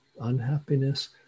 unhappiness